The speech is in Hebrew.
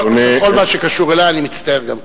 בכל מה שקשור אלי, אני מצטער גם כן.